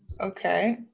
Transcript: okay